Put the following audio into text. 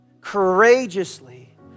courageously